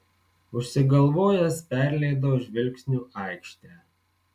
užsigalvojęs perleidau žvilgsniu aikštę